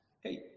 hey